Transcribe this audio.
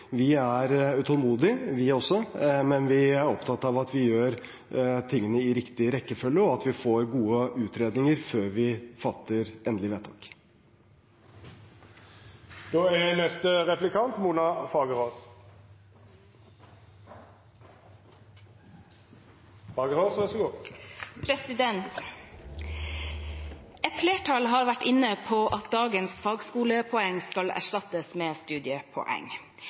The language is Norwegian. vi er utålmodige, men vi er opptatt av at vi gjør tingene i riktig rekkefølge, og at vi får gode utredninger før vi fatter endelig vedtak. Et flertall har vært inne på at dagens fagskolepoeng skal erstattes med studiepoeng.